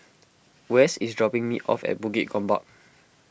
Wes is dropping me off at Bukit Gombak